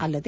ಅಲ್ಲದೆ